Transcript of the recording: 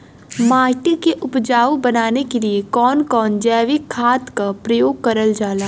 माटी के उपजाऊ बनाने के लिए कौन कौन जैविक खाद का प्रयोग करल जाला?